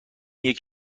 یکی